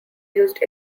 used